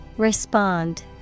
Respond